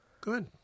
Good